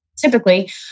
typically